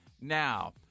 now